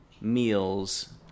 meals